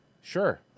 Sure